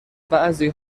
بعضی